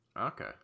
Okay